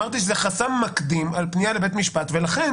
אמרתי שזה חסם מקדים על פנייה לבית משפט ולכן